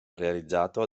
realizzato